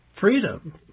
freedom